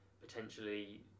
potentially